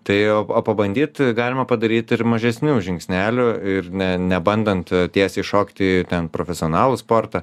tai o pabandyt galima padaryt ir mažesnių žingsnelių ir nė nebandant tiesiai šokti į ten profesionalų sportą